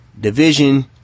division